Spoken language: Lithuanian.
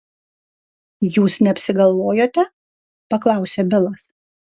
jūs neapsigalvojote paklausė bilas